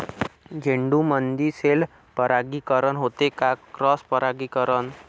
झेंडूमंदी सेल्फ परागीकरन होते का क्रॉस परागीकरन?